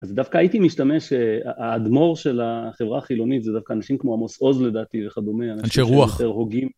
אז דווקא הייתי משתמש, האדמו"ר של החברה החילונית זה דווקא אנשים כמו עמוס עוז לדעתי וכדומה, אנשי רוח, אנשים שהם יותר הוגים.